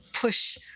push